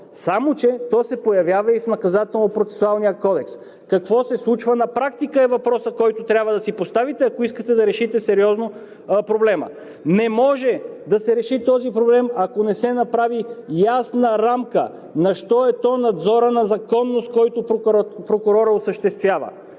Само че то се появява и в Наказателно-процесуалния кодекс. Какво се случва на практика е въпросът, който трябва да си поставите, ако искате да решите сериозно проблема. Не може да се реши този проблем, ако не се направи ясна рамка на: що е то надзор на законност, който прокурорът осъществява.